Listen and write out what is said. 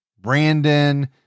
Brandon